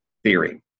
Theory